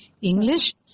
English